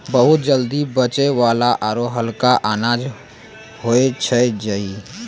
बहुत जल्दी पचै वाला आरो हल्का अनाज होय छै जई